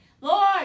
Lord